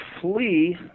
flee